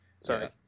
sorry